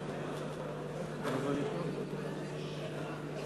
אנחנו עוברים להצעת החוק פ/376/19,